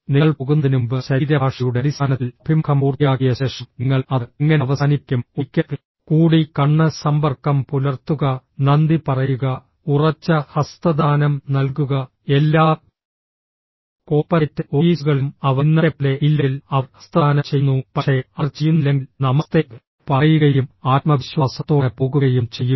നിങ്ങൾ പോകുന്നതിനുമുമ്പ് ശരീരഭാഷയുടെ അടിസ്ഥാനത്തിൽ അഭിമുഖം പൂർത്തിയാക്കിയ ശേഷം നിങ്ങൾ അത് എങ്ങനെ അവസാനിപ്പിക്കും ഒരിക്കൽ കൂടി കണ്ണ് സമ്പർക്കം പുലർത്തുക നന്ദി പറയുക ഉറച്ച ഹസ്തദാനം നൽകുക എല്ലാ കോർപ്പറേറ്റ് ഓഫീസുകളിലും അവർ ഇന്നത്തെപ്പോലെ ഇല്ലെങ്കിൽ അവർ ഹസ്തദാനം ചെയ്യുന്നു പക്ഷേ അവർ ചെയ്യുന്നില്ലെങ്കിൽ നമസ്തേ പറയുകയും ആത്മവിശ്വാസത്തോടെ പോകുകയും ചെയ്യുക